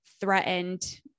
threatened